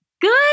Good